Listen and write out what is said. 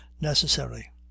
necessary